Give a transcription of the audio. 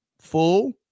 full